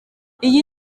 iyi